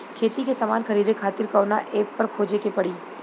खेती के समान खरीदे खातिर कवना ऐपपर खोजे के पड़ी?